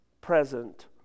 present